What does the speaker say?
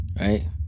right